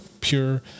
pure